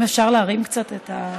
אם אפשר להרים קצת את,